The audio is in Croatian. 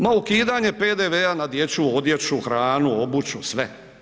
Na ukidanje PDV-a na dječju odjeću, hranu, obuću, sve.